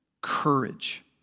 courage